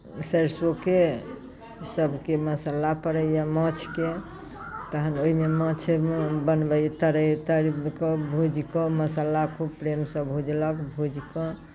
सरिसोके ईसभके मसाला पड़ैए माछके तखन ओहिमे माछ बनबैए तरैए तरि कऽ भुजि कऽ मसाला खूब प्रेमसँ भुजलक भूजि कऽ से